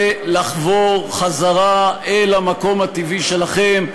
ולחבור חזרה אל המקום הטבעי שלכם,